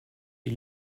die